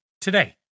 today